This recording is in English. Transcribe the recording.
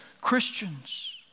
Christians